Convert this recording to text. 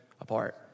apart